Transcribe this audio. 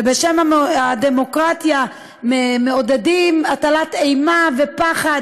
ובשם הדמוקרטיה מעודדים הטלת אימה ופחד